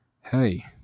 hey